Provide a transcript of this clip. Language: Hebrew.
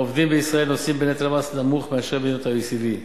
עובדים בישראל נושאים בנטל מס נמוך מאשר במדינות ה-OECD,